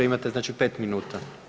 Imate znači 5 minuta.